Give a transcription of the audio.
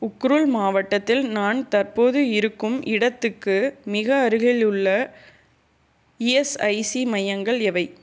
உக்ருல் மாவட்டத்தில் நான் தற்போது இருக்கும் இடத்துக்கு மிக அருகிலுள்ள இஎஸ்ஐசி மையங்கள் எவை